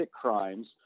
crimes –